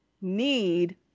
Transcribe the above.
need